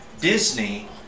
Disney